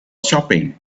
shopping